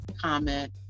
comment